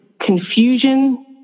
confusion